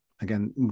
again